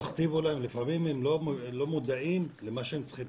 תכתיבו להם לפעמים הם לא מודעים למה שהם צריכים,